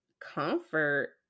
comfort